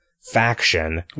faction